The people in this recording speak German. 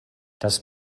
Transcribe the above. das